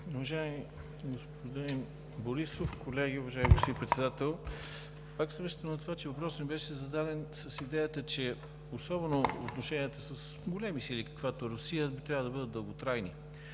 Уважаеми господин Борисов, колеги, уважаеми господин Председател! Пак се връщам на това, че въпросът ми беше зададен с идеята, че особено отношенията с големи сили, каквато е Русия, трябва да бъдат дълготрайни